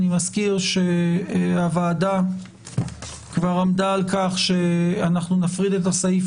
אני מזכיר שהוועדה כבר עמדה על כך שנפריד את הסעיף